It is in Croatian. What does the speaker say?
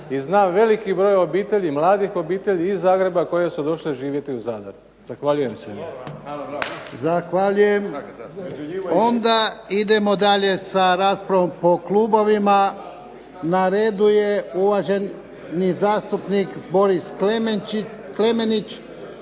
I znam veliki broj obitelji, mladih obitelji iz Zagreba koje su došle živjeti u Zadar. Zahvaljujem se. **Jarnjak, Ivan (HDZ)** Zahvaljujem. Onda idemo dalje sa raspravom po klubovima. Na redu je uvaženi zastupnik Boris Klemenić